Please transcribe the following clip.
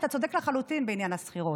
אתה צודק לחלוטין בעניין השכירות,